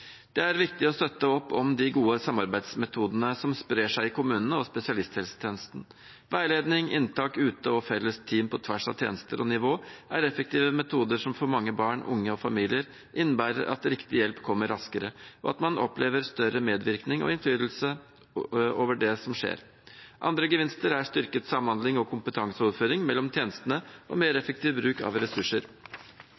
Det er viktig å støtte opp om de gode samarbeidsmetodene som sprer seg i kommunene og spesialisthelsetjenesten. Veiledning, inntak ute og felles team på tvers av tjenester og nivå er effektive metoder som for mange barn, unge og familier innebærer at riktig hjelp kommer raskere, og at man opplever større medvirkning og innflytelse over det som skjer. Andre gevinster er styrket samhandling og kompetanseoverføring mellom tjenestene og mer